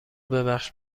ببخش